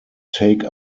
take